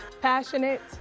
Passionate